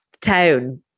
town